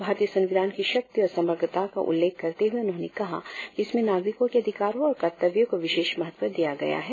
भारतीय संविधान की शक्ति और समग्रता का उल्लेख करते हुए उन्होंने कहा कि इसमें नागरिकों के अधिकारों और कर्तव्यों को विशेष महत्व दिया गया है